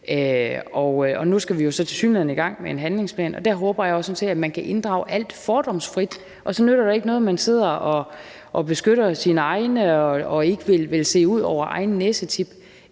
Nu skal vi jo så tilsyneladende i gang med en handlingsplan, og der håber jeg sådan set at man kan inddrage alt fordomsfrit. Og så nytter det ikke noget, at man sidder og beskytter sine egne og ikke vil se ud over egen næsetip.